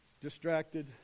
distracted